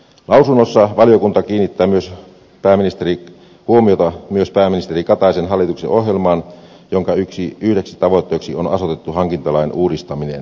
lausunnossa valiokunta kiinnittää huomiota myös pääministeri kataisen hallituksen ohjelmaan jonka yhdeksi tavoitteeksi on asetettu hankintalain uudistaminen